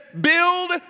build